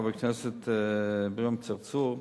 חבר הכנסת אברהים צרצור.